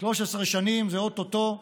13 שנים זה או-טו-טו,